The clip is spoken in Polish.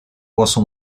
głosu